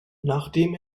nachdem